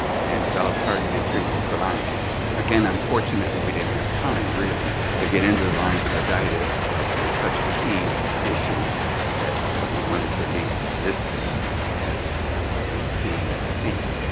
and develop targeted treatments for lyme disease. disease. again, unfortunately, we didn't have time really to get into lyme carditis but it's such a key issue that we wanted to at least list it as a key theme.